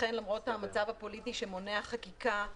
לכן למרות המצב הפוליטי שמונע חקיקה,